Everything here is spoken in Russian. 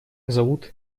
зовут